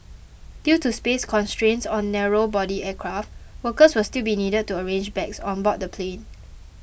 due to space constraints on narrow body aircraft workers will still be needed to arrange bags on board the plane